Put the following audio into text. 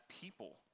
people